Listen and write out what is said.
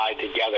together